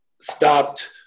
stopped